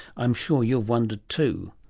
i'm sure you've wondered too.